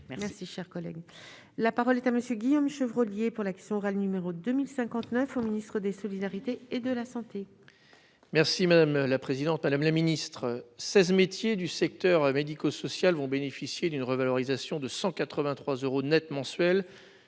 merci, cher collègue, la parole est à monsieur Guillaume Chevrollier pour l'action râle N° 2000 59 ans, ministre des solidarités et de la santé. Merci madame la présidente, madame la ministre, 16 métiers du secteur médico-social vont bénéficier d'une revalorisation de 183 euros Net mensuels,